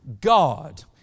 God